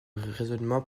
raisonnement